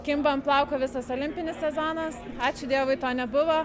kimba ant plauko visas olimpinis sezonas ačiū dievui to nebuvo